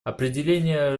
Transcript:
определение